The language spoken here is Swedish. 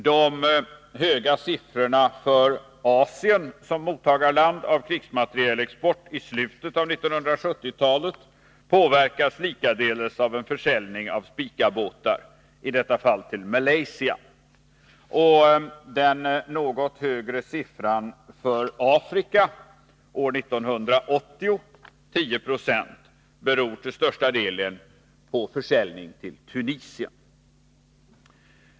De höga siffrorna för Asien som mottagare av krigsmateriel i slutet av 1970-talet är ett resultat av försäljning av Spicabåtar till Malaysia. Siffran 10976 för Afrika år 1980 beror till största delen på försäljning till Tunisien.